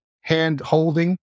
hand-holding